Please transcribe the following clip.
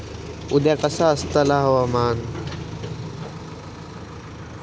उद्या कसा आसतला हवामान?